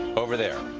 over there,